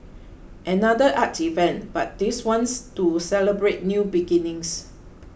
another art event but this one's to celebrate new beginnings